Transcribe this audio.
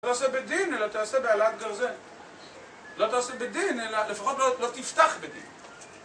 לא תעשה בדין, אלא תעשה בעלת גרזת. לא תעשה בדין, אלא לפחות לא תפתח בדין.